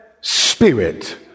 spirit